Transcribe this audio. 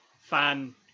fan